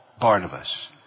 Barnabas